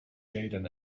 jayden